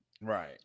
Right